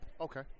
Okay